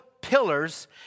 pillars